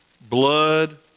blood